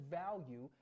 value